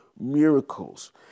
miracles